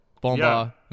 bomba